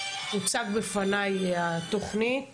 הוצגה בפניי התוכנית